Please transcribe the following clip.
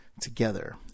together